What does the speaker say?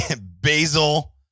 Basil